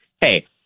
hey